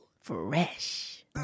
Fresh